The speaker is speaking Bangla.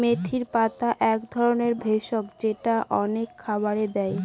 মেথির পাতা এক ধরনের ভেষজ যেটা অনেক খাবারে দেয়